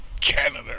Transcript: Canada